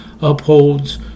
upholds